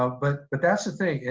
ah but but that's the thing,